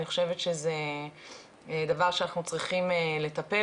אני חושבת שזה דבר שאנחנו צריכים לטפל